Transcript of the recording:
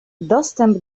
dostęp